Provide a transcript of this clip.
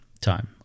time